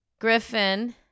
Griffin